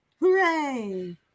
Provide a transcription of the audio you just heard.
hooray